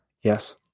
Yes